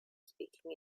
speaking